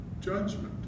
judgment